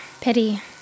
pity